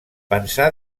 pensà